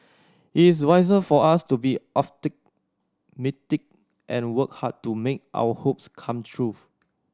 it is wiser for us to be and work hard to make our hopes come true